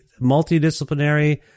multidisciplinary